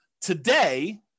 Today